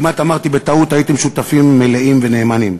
כמעט אמרתי בטעות: הייתם שותפים מלאים ונאמנים.